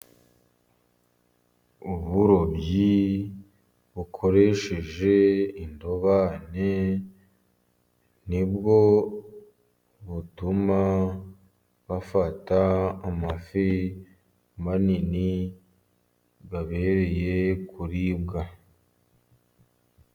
Uburobyi bukoresheje indobani nibwo butuma bafata amafi manini abereye kuribwa.